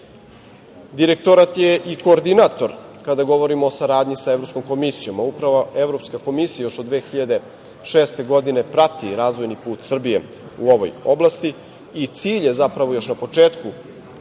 Direktorat je i koordinator kada govorimo o saradnji sa Evropskom komisijom. Upravo Evropska komisija još od 2006. godine prati razvojni put Srbije u ovoj oblasti i cilj je zapravo još na početku